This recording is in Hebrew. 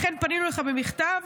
לכן פנינו אליך במכתב,